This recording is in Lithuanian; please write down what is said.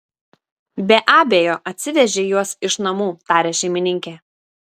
be abejo atsivežei juos iš namų taria šeimininkė